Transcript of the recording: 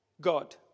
God